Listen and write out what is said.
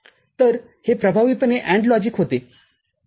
तर हे प्रभावीपणे AND लॉजिकहोते बरोबर